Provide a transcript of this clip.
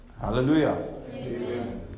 Hallelujah